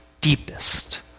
deepest